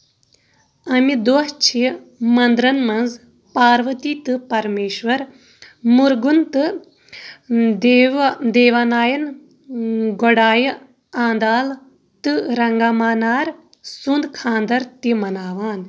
اَمہِ دۄہ چھِ منٛدرن منز پارؤتی تہٕ پرمیشوَر، مُرگن تہٕ دیوا دیواناین، گوڈایہ آنٛدال تہٕ رنٛگامَانار سُنٛد خانٛدر تہِ مَناوان